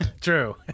True